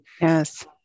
yes